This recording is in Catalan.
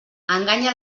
enganya